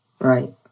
Right